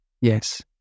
Yes